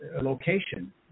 location